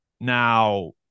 Now